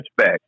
touchback